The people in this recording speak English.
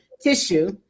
tissue